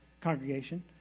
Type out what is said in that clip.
congregation